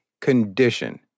Condition